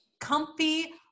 comfy